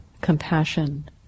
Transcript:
compassion